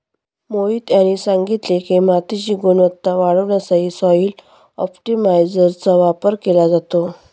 मोहित यांनी सांगितले की, मातीची गुणवत्ता वाढवण्यासाठी सॉइल ऑप्टिमायझरचा वापर केला जातो